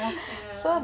ya